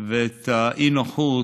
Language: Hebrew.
ואת האי-נוחות,